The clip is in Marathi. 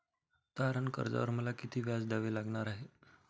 तारण कर्जावर मला किती व्याज द्यावे लागणार आहे?